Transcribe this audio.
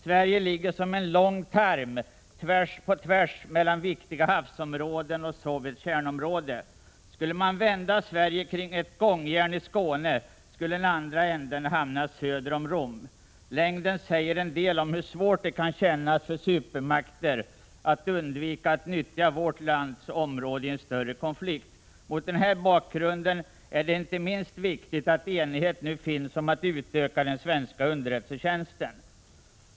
Sverige ligger som en lång tarm på tvären mellan viktiga havsområden och Sovjets kärnområde. Skulle man vrida Sverige kring ett gångjärn i Skåne skulle andra änden av landet hamna söder om Rom. Längden säger en del om hur svårt det kan kännas för supermakter att undvika att nyttja vårt lands område i en större konflikt. Mot denna bakgrund är det inte minst viktigt att enighet nu finns om att utöka den svenska underrättelsetjänsten.